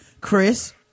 chris